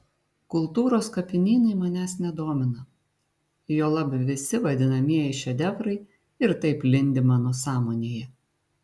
kultūros kapinynai manęs nedomina juolab visi vadinamieji šedevrai ir taip lindi mano sąmonėje